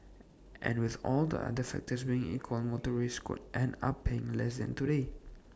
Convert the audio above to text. and with all the other factors being equal motorists could end up paying less than today